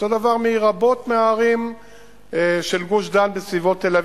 אותו דבר מרבות מהערים של גוש-דן בסביבות תל-אביב.